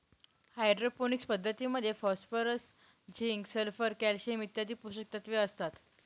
hydroponics पद्धतीमध्ये phosphorus, zinc, sulphur, calcium इत्यादी पोषकतत्व असतात